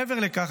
מעבר לכך,